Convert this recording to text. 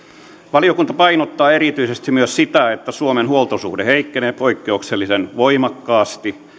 valiokunta painottaa erityisesti myös sitä että suomen huoltosuhde heikkenee poikkeuksellisen voimakkaasti